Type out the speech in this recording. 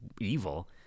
evil